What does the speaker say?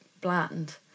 bland